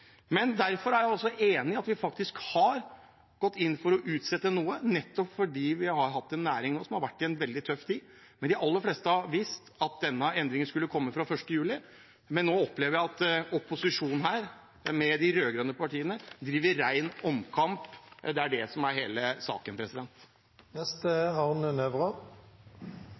Derfor er jeg også enig i at vi har gått inn for å utsette noe, nettopp fordi vi nå har en næring som har vært i en veldig tøff tid. De aller fleste har visst at denne endringen skulle komme fra 1. juli, men nå opplever jeg at opposisjonen her, de rød-grønne partiene, driver ren omkamp. Det er det som er hele saken.